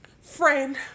friend